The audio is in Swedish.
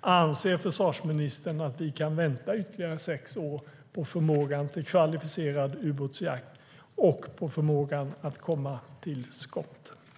Anser försvarsministern att vi kan vänta i ytterligare sex år på förmåga till kvalificerad ubåtsjakt och på förmåga att komma till skott?